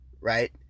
right